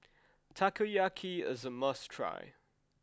Takoyaki is a must try